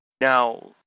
Now